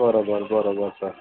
बरोबर बरोबर सर